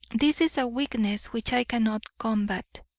this is a weakness which i cannot combat.